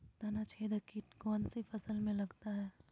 तनाछेदक किट कौन सी फसल में लगता है?